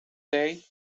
dig